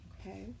okay